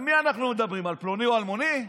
על מי אנחנו מדברים, על פלוני או אלמוני?